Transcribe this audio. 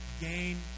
gain